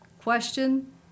question